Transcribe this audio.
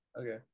okay